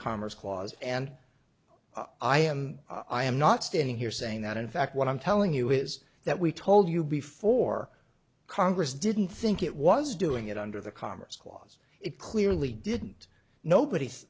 commerce clause and i am i am not standing here saying that in fact what i'm telling you is that we told you before congress didn't think it was doing it under the commerce clause it clearly didn't nobody